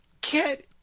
get